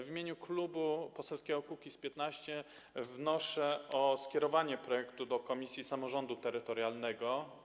W imieniu Klubu Poselskiego Kukiz’15 wnoszę o skierowanie projektu do komisji samorządu terytorialnego.